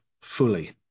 fully